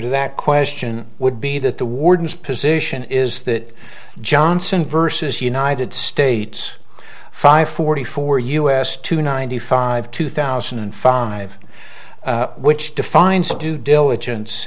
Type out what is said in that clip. to that question would be that the warden's position is that johnson versus united states five forty four us to ninety five two thousand and five which defines the due diligence